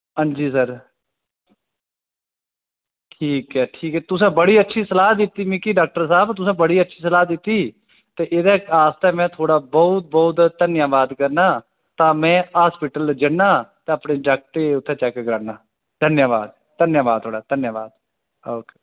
हां जी सर ठीक ऐ ठीक ऐ तुसें बड़ी अच्छी सलाह् दित्ती मिगी डाक्टर साह्ब बड़ी अच्छी सलाह् दित्ती ते एह्दै बास्तै अ'ऊं तुआढ़ा बौह्त बौह्त धन्नबाद करना तां में हस्पिटल जन्ना ते अपने जागते गी उत्थें चैक्क कराना धन्नबाद धन्नबाद थुआढ़ा धन्नबाद ओके